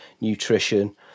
nutrition